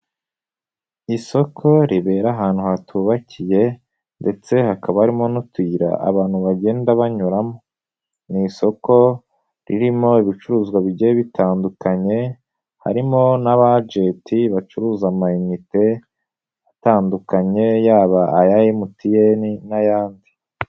Isoko ribera ahantu hatubakiye ndetse hakaba harimo n'utuyira abantu bagenda banyuramo, ni isoko ririmo ibicuruzwa bigiye bitandukanye, harimo n'abajenti bacuruza amayinite atandukanye, yaba aya MTN n'ayandi.